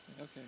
Okay